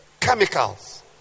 chemicals